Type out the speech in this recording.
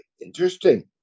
Interesting